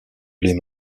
les